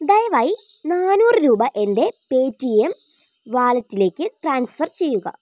ദയവായി നാന്നൂറ് രൂപ എൻ്റെ പേ ടി എം വാലറ്റിലേക്ക് ട്രാൻസ്ഫർ ചെയ്യുക